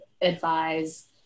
advise